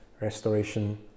restoration